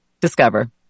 discover